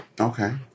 Okay